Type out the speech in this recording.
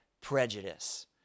prejudice